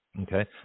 okay